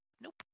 Nope